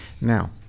Now